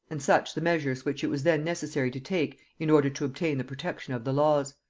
and such the measures which it was then necessary to take in order to obtain the protection of the laws.